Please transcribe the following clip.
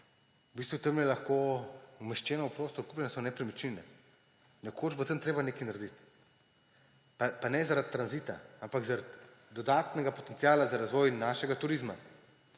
evrov. Tam je lahko umeščeno v prostor, kupljene so nepremičnine, nekoč bo tam treba nekaj narediti, pa ne zaradi tranzita, ampak zaradi dodatnega potenciala za razvoj našega turizma.